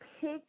pick